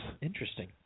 Interesting